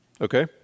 okay